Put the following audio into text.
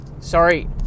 sorry